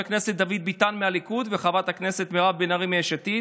הכנסת דוד ביטן מהליכוד וחברת הכנסת מירב בן ארי מיש עתיד